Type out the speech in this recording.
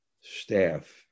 staff